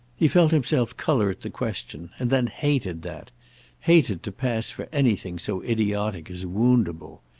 he felt himself colour at the question, and then hated that hated to pass for anything so idiotic as woundable.